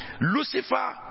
Lucifer